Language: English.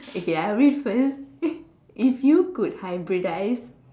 okay ya wait first if you could hybridize